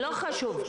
לא חשוב.